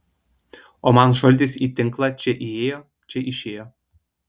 o man šaltis į tinklą čia įėjo čia išėjo